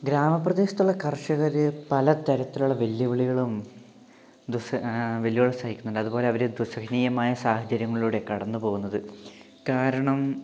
ഗ്രാമ പ്രദേശത്തുള്ള കർഷകര് പലതരത്തിലുള്ള വെല്ലുവിളികളും വെല്ലുവിളികൾ സഹിക്കുന്നുണ്ട് അതുപോലെ ദുസ്സഹനീയമായ സാഹചര്യങ്ങളിലൂടെ കടന്നുപോകുന്നത് കാരണം